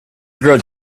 girl